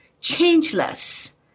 Changeless